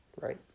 right